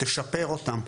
תשפר אותם.